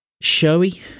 showy